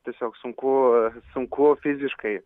tiesiog sunku sunku fiziškai